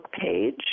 page